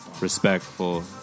respectful